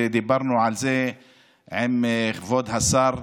ודיברנו על זה עם כבוד השר,